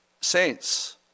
saints